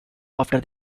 after